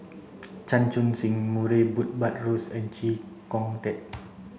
Chan Chun Sing Murray Buttrose and Chee Kong Tet